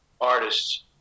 artists